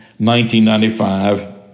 1995